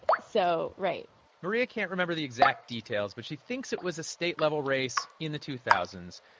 so right maria can't remember the exact details, but she thinks it was a state-level race in the two thousand